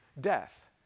death